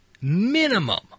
Minimum